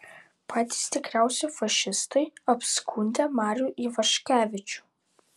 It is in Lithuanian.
patys tikriausi fašistai apskundę marių ivaškevičių